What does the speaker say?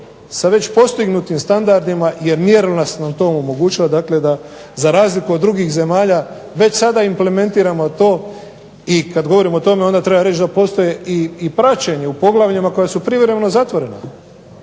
sa već postignutim standardima jer ... to omogućila da za razliku od drugih zemalja već sada implementiramo to i kada govorimo o tome treba reći da postoje i praćenja u poglavljima koja su privremeno zatvorena.